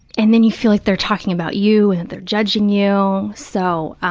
and then you feel like they're talking about you and they're judging you. so,